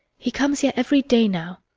he comes here every day now.